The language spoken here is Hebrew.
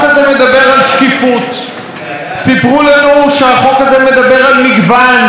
על שקיפות, סיפרו לנו שהחוק הזה מדבר על מגוון,